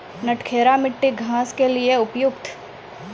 नटखेरा मिट्टी घास के लिए उपयुक्त?